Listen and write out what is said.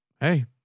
hey